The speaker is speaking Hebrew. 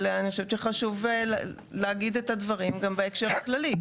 להגיד את הדברים גם בהקשר הכללי.